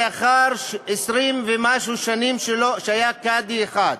לאחר יותר מ-20 שנים שהיה קאדי אחד.